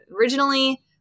originally